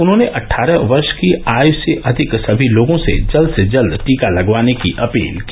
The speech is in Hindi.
उन्होंने अट्ठारह वर्ष की आयु से अधिक सभी लोगों से जल्द से जल्द टीका लगवाने की अपील की